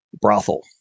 brothel